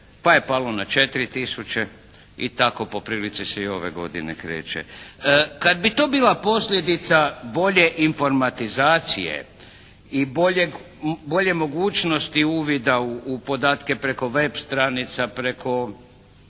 pa je palo na 4 tisuće i tako po prilici se i ove godine kreće. Kad bi to bila posljedica bolje informatizacije i bolje mogućnosti uvida u podatke preko web stranica, preko